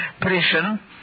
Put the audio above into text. prison